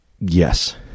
yes